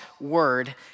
word